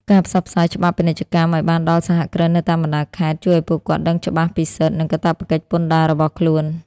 ការផ្សព្វផ្សាយច្បាប់ពាណិជ្ជកម្មឱ្យបានដល់សហគ្រិននៅតាមបណ្ដាខេត្ត ជួយឱ្យពួកគាត់ដឹងច្បាស់ពីសិទ្ធិ និងកាតព្វកិច្ចពន្ធដាររបស់ខ្លួន។